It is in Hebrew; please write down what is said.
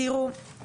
תראו,